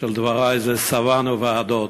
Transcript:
של דברי היא: שבענו ועדות.